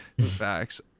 Facts